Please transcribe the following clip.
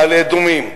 מעלה-אדומים וכדומה,